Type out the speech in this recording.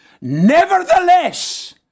Nevertheless